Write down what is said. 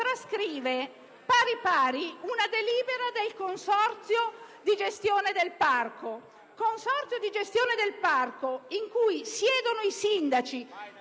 trascrive alla lettera una delibera del Consorzio di gestione del Parco, nel quale siedono i sindaci,